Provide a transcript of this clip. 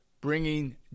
bringing